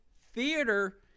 theater